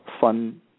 fun